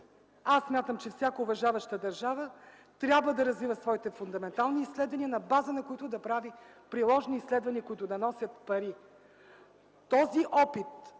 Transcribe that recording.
Аз смятам, че всяка уважаваща държава трябва да развива своите фундаментални изследвания, на базата на които да прави приложни изследвания, които да носят пари. Този опит